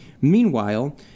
Meanwhile